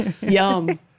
Yum